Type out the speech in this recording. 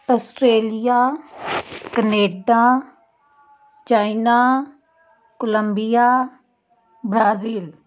Australia Canada China Columbia Brazil